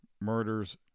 murders